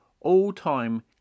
all-time